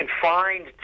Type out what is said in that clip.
confined